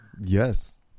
Yes